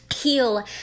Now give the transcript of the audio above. heal